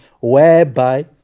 whereby